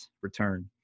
return